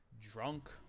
drunk